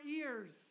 ears